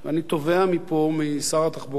אני תובע מפה משר התחבורה,